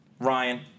Ryan